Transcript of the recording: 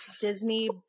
Disney